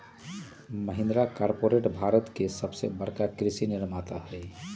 Mahindra corporate Bharat के सबसे बड़का कृषि निर्माता हई